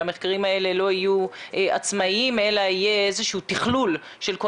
שהמחקרים האלה לא יהיו עצמאיים אלא יהיה איזשהו תכלול של כל